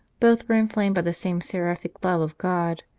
both were inflamed by the same seraphic love of god,